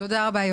תודה רבה.